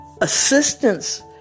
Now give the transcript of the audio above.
assistance